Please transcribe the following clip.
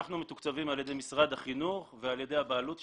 אנחנו מתוקצבים על ידי משרד החינוך ועל ידי הבעלות שלנו.